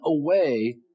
away